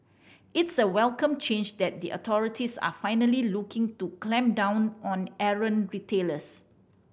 it's a welcome change that the authorities are finally looking to clamp down on errant retailers